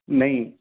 नहीं